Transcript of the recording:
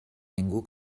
ningú